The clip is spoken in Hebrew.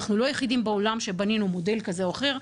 אנחנו לא יחידים בעולם שבנינו מודל כזה או אחר.